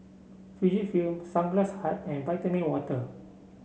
Fujifilm Sunglass Hut and Vitamin Water